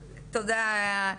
תודה.